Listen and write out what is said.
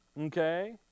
Okay